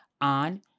on